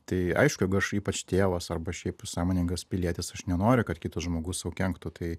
tai aišku jeigu aš ypač tėvas arba šiaip sąmoningas pilietis aš nenoriu kad kitas žmogus sau kenktų tai